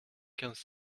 quinze